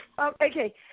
Okay